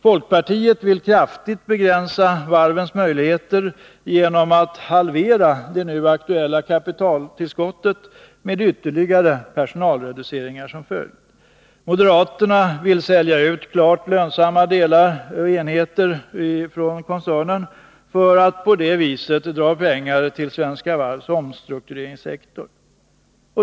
Folkpartiet vill kraftigt begränsa varvens möjligheter, genom att halvera det nu aktuella kapitaltillskottet med ytterligare personalreduceringar som följd. Moderaterna vill sälja ut klart lönsamma enheter från koncernen, för att på det viset dra pengar till Svenska Varvs omstruktureringssektor.